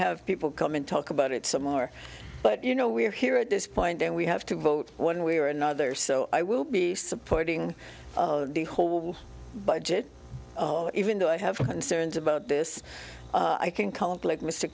have people come and talk about it some more but you know we're here at this point and we have to vote one way or another so i will be supporting the whole budget even though i have a concerned about this i can call it like mr